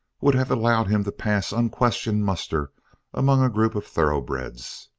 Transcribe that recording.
would have allowed him to pass unquestioned muster among a group of thoroughbreds,